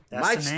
Mike